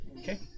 Okay